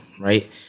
right